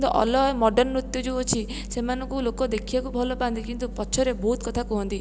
କିନ୍ତୁ ଅଲଗା ମଡ଼୍ର୍ଣ୍ଣ ନୃତ୍ୟ ଯେଉଁ ଅଛି ସେମାନଙ୍କୁ ଲୋକ ଦେଖିବାକୁ ଭଲ ପାଆନ୍ତି କିନ୍ତୁ ପଛରେ ବହୁତ କଥା କୁହନ୍ତି